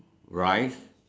rice